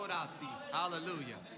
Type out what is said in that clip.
Hallelujah